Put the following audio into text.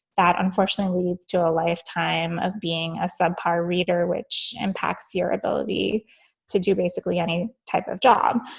that, unfortunately, leads to a lifetime of being a subpar reader, which impacts your ability to do basically any type of job.